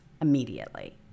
immediately